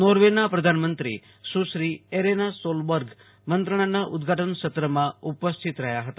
નોંધના પ્રધાનમંત્રી Sushri Erna Solberg મંત્રણાના ઉદઘાટન સત્રમાં ઉપસ્થિત રહ્યા હતા